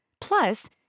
Plus